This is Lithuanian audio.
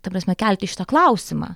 ta prasme kelti šitą klausimą